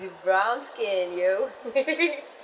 with brown skin yo